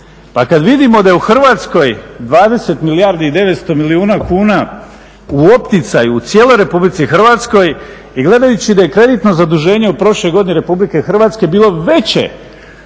Pa kad vidimo da je u Hrvatskoj 20 milijardi i 900 milijuna kuna u opticaju u cijeloj Republici Hrvatskoj i gledajući da je kreditno zaduženje u prošloj godini Republike Hrvatske bilo veće